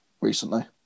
Recently